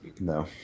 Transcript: No